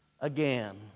Again